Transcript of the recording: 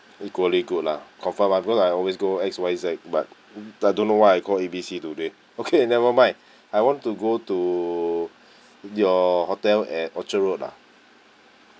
equally good lah confirm ah because I always go X Y Z but I don't know why I call A B C do they okay never mind I want to go to your hotel at orchard road lah